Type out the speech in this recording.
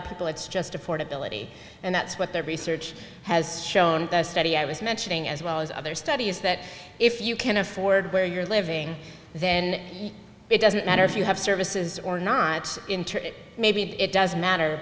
of people it's just affordability and that's what their research has shown the study i was mentioning as well as other studies that if you can't afford where you're living then it doesn't matter if you have services or not interest maybe it doesn't matter